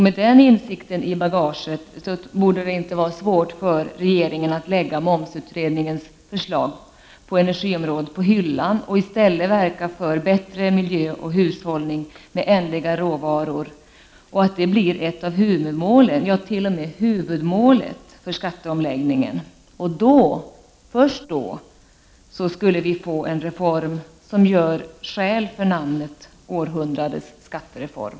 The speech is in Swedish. Med den insikten i bagaget borde det inte vara svårt för regeringen att lägga momsutredningens förslag i fråga om energiområdet på hyllan. och i stället verka för bättre miljö och för en hushållning med ändliga råvaror. Man bör se till att detta blir ett av huvudmålen, ja t.o.m. huvudmålet, för skatteomläggningen. Först då skulle vi få en reform som gör skäl för namnet århundradets skattereform.